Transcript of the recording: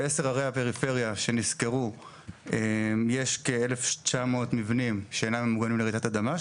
בעשר ערי הפריפריה שנזכרו יש כ-1,900 מבנים שאינם ממוגנים לרעידת אדמה,